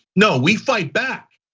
no, we fight back.